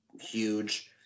huge